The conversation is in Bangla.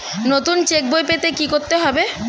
নতুন চেক বই পেতে কী করতে হবে?